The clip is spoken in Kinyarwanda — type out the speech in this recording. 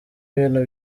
ibintu